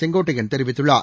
செங்கோட்டையன் தெரிவித்துள்ளார்